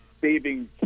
saving